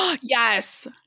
Yes